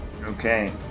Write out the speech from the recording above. Okay